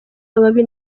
ababi